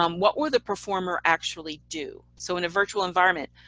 um what will the performer actually do. so in a virtual environment,